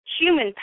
human